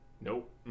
Nope